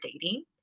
dating